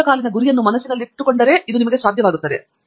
ದೀರ್ಘಕಾಲೀನ ಗುರಿಯನ್ನು ಮನಸ್ಸಿನಲ್ಲಿಟ್ಟುಕೊಳ್ಳಲು ನಿಮಗೆ ಸಾಧ್ಯವಾಗುತ್ತದೆ